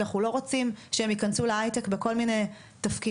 כי אנחנו לא רוצים שהם ייכנסו להיי טק בכל מיני תפקידי